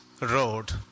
Road